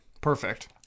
Perfect